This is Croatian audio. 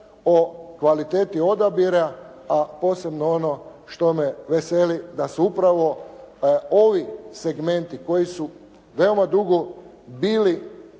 o kvaliteti odabira, a posebno ono što me veseli da se upravo ovi segmenti koji su veoma dugo bili